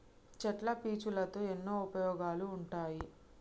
చెట్ల పీచులతో ఎన్నో ఉపయోగాలు ఉంటాయి